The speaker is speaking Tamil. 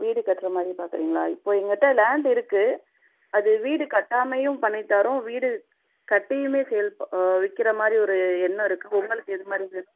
வீடு கட்ற மாரி பார்க்குறிங்களா இப்போ எங்கிட்ட லேண்டு இருக்கு அது வீடு கட்டாமையும் பண்ணி தரோம் வீடு கட்டியுமே சேல் ப விக்கிறமாதிரி ஒரு எண்ணம் இருக்கு உங்களுக்கு எதுமாதிரி வே